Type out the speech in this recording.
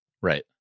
Right